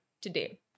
today